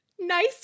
Nice